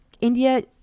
India